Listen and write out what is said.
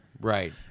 Right